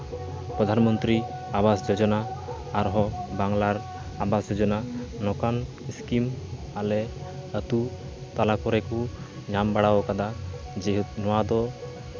ᱯᱨᱚᱫᱷᱟᱱ ᱢᱚᱱᱛᱨᱤ ᱟᱵᱟᱥ ᱡᱳᱡᱚᱱᱟ ᱟᱨᱦᱚᱸ ᱵᱟᱝᱞᱟᱨ ᱟᱵᱟᱥ ᱡᱳᱡᱚᱱᱟ ᱱᱚᱝᱠᱟᱱ ᱤᱥᱠᱤᱢ ᱟᱞᱮ ᱟᱛᱳ ᱛᱟᱞᱟ ᱠᱚᱨᱮ ᱠᱚ ᱧᱟᱢ ᱵᱟᱲᱟ ᱠᱟᱫᱟ ᱡᱮ ᱱᱚᱣᱟ ᱫᱚ